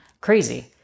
Crazy